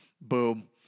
Boom